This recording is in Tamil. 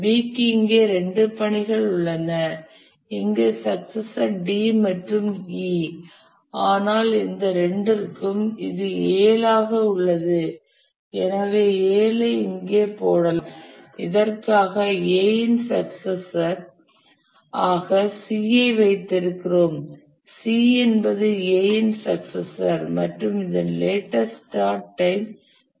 B க்கு இங்கே இரண்டு பணிகள் உள்ளன இங்கு சக்சசர் D மற்றும் E ஆனால் இந்த இரண்டிற்கும் இது 7 ஆக உள்ளது எனவே 7 ஐ இங்கே போடலாம் இதற்காக A இன் சக்சசர் ஆக C ஐ வைத்திருக்கிறோம் C என்பது A இன் சக்சசர் மற்றும் இதன் லேட்டஸ்ட் ஸ்டார்ட் டைம் 8